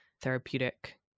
therapeutic